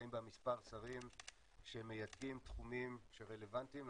נמצאים בה מספר שרים שמייצגים תחומים שרלוונטיים,